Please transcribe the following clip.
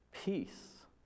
Peace